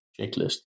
checklist